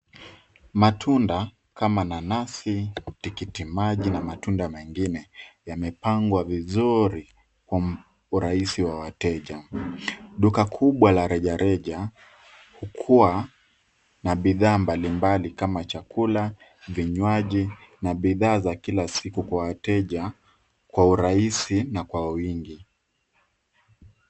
Matunda kama nanasi, tikiti maji na matunda mengine, yamepangwa vizuri kwa urahisi wa wateja. Duka kubwa la rejareja hukuwa na bidhaa mbalimbali kama chakula, vinywaji na bidhaa za kila siku kwa wateja kwa urahisi na kwa wingi.